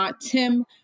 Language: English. Tim